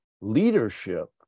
Leadership